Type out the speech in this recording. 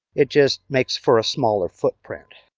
it just makes for a smaller footprint.